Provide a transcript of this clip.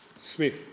Smith